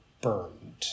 burned